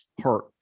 hurt